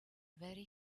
very